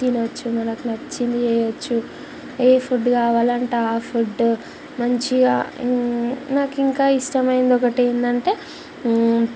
తినొచ్చు మనకి నచ్చింది చేయొచ్చు ఏ ఫుడ్డు కావాలంటే ఫుడ్డు మంచిగా నాకింకా ఇష్టమయింది ఒకటి ఏందంటే